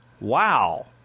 Wow